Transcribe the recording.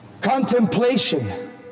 Contemplation